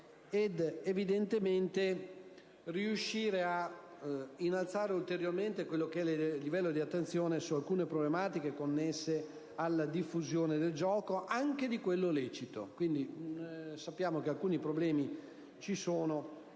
e riuscendo anche a innalzare ulteriormente il livello di attenzione su alcune problematiche connesse alla diffusione del gioco, anche di quello lecito. Sappiamo che alcuni problemi ci sono